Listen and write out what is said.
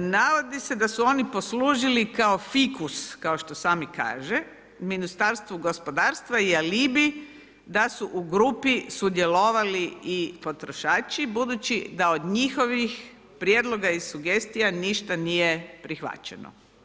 navodi se da su oni poslužili kao fikus kao što sam i kaže, Ministarstvu gospodarstva je alibi da su u grupi sudjelovali i potrošači budući da od njihovih prijedloga i sugestija ništa nije prihvaćeno.